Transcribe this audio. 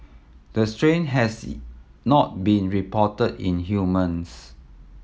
the strain has not been reported in humans